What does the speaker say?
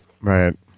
Right